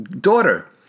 daughter